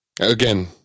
Again